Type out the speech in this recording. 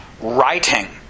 writing